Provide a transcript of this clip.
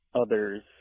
others